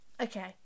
Okay